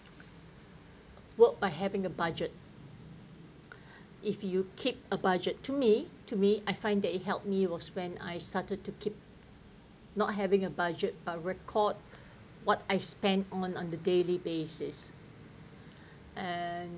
work by having a budget if you keep a budget to me to me I find that it helped me was when I started to keep not having a budget but record what I spent on on the daily basis and